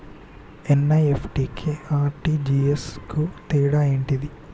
NEFT కి RTGS కు తేడా ఏంటిది?